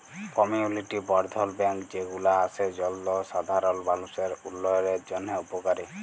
community বর্ধল bank যে গুলা আসে জলসাধারল মালুষের উল্যয়নের জন্হে উপকারী